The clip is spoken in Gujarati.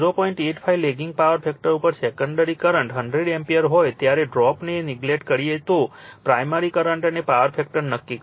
85 લેગિંગ પાવર ફેક્ટર ઉપર સેકન્ડરી કરંટ 100 એમ્પીયર હોય ત્યારે ડ્રોપને નેગ્લેક્ટ કરીએ તો પ્રાઇમરી કરંટ અને પાવર ફેક્ટર નક્કી કરો